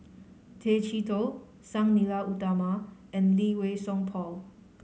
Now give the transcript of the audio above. Tay Chee Toh Sang Nila Utama and Lee Wei Song Paul